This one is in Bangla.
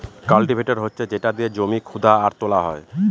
কাল্টিভেটর হচ্ছে যেটা দিয়ে জমি খুদা আর তোলা হয়